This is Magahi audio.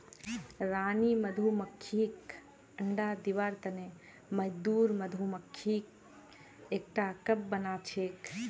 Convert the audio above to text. रानी मधुमक्खीक अंडा दिबार तने मजदूर मधुमक्खी एकटा कप बनाछेक